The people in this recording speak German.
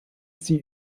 sie